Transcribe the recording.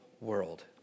world